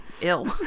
ill